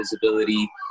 visibility